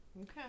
Okay